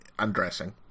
undressing